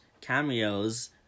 cameos